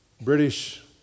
British